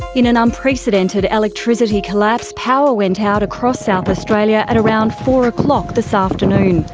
in an unprecedented electricity collapse, power went out across south australia at around four o'clock this afternoon.